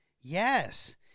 yes